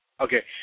Okay